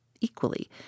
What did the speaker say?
Equally